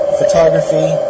photography